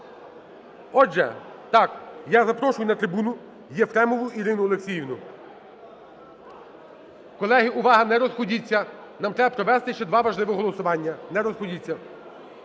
Отже, так, я запрошую на трибуну Єфремову Ірину Олексіївну. Колеги, увага, не розходіться! Нам провести ще два важливих голосування, не розходіться.